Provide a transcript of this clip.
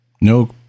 no